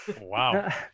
Wow